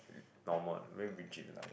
normal when we chit like